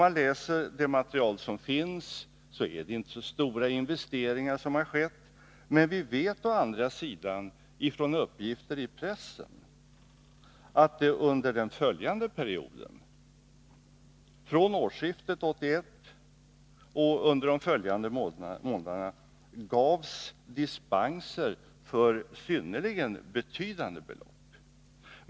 Enligt det material som finns är det inte så stora investeringar som har skett, men vi vet å andra sidan från uppgifter i pressen att från årsskiftet 1981 och under de följande månaderna gavs dispenser för synnerligen betydande belopp.